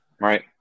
Right